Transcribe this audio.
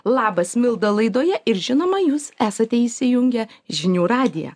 labas milda laidoje ir žinoma jūs esate įsijungę žinių radiją